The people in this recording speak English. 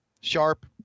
sharp